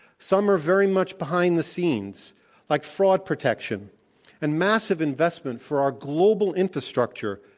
some are very much behind the scenes like fraud protection and massive investment for our global infrastructure,